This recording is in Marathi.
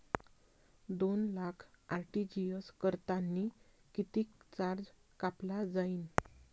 दोन लाख आर.टी.जी.एस करतांनी कितीक चार्ज कापला जाईन?